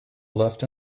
left